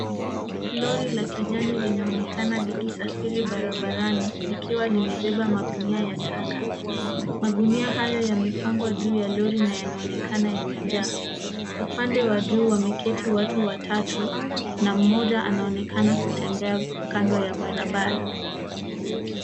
Lori la kijani linaonekana likisafiri barabarani likiwa limebeba magunia ya taka. Magunia hayo yamepangwa juu ya lori na yanaonekana yamejaa. Upande wa juu wameketi watu watatu na mmoja anaonekana kutembea kando ya barabara.